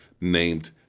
named